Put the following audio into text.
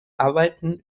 arbeiten